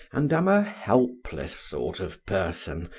and am a helpless sort of person,